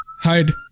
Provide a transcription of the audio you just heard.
Hide